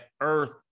Earth